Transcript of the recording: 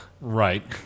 Right